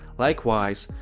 likewise,